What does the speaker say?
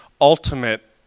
ultimate